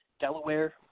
Delaware